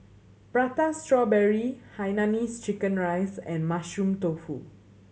Prata Strawberry hainanese chicken rice and Mushroom Tofu